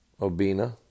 Obina